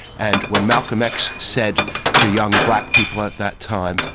and when malcolm x said to young black people at that time,